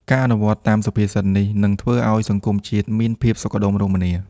ការអនុវត្តតាមសុភាសិតនេះ នឹងធ្វើឱ្យសង្គមជាតិមានភាពសុខដុមរមនា។